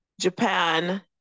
Japan